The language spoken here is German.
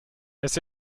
erst